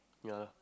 ya